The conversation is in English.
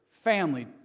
family